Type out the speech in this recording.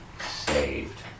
saved